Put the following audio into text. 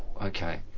Okay